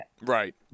Right